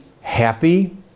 happy